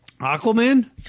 Aquaman